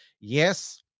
yes